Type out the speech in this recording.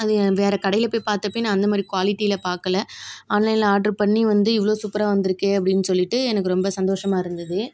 அது வேற கடையில் போய் பாத்தப்பவும் நான் அந்த மாதிரி குவாலிட்டியில் பார்க்கல ஆன்லைனில் ஆட்ரு பண்ணி வந்து இவ்வளோ சூப்பராக வந்துருக்கு அப்டின்னு சொல்லிவிட்டு எனக்கு ரொம்ப சந்தோஷமாக இருந்தது